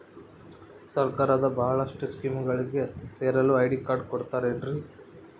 ಸರ್ಕಾರದ ಬಹಳಷ್ಟು ಸ್ಕೇಮುಗಳಿಗೆ ಸೇರಲು ಐ.ಡಿ ಕಾರ್ಡ್ ಕೊಡುತ್ತಾರೇನ್ರಿ?